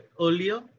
earlier